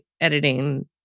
editing